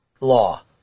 law